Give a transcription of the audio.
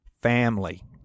family